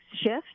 shift